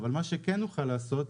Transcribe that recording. אבל מה שכן נוכל לעשות,